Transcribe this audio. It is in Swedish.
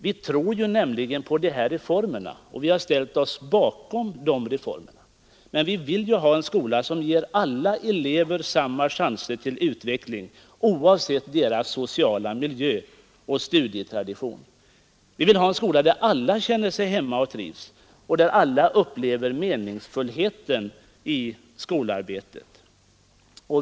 Vi tror nämligen på skolreformerna, och vi har ställt oss bakom dem. Men vi vill ha en skola som ger alla elever samma chanser till utveckling, oavsett social miljö och studietradition. Vi vill ha en skola där alla trivs och känner sig hemma och där alla upplever meningsfullheten i skolarbetet.